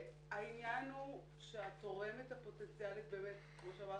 העניין הוא שהתורמת הפוטנציאלית באמת כמו שאמרתי,